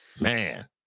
man